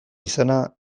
izana